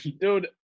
Dude